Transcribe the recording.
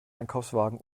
einkaufswagen